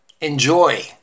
Enjoy